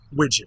widget